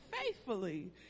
faithfully